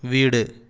வீடு